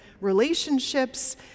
relationships